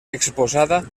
exposada